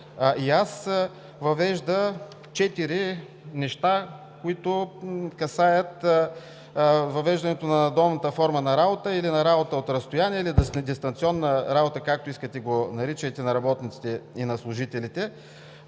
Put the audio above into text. и аз, въвежда четири неща, които касаят въвеждането на надомната форма на работа, на работа от разстояние или на дистанционна работа, както искате го наричайте, на работниците и на служителите.